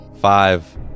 Five